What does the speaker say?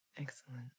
Excellent